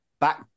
Back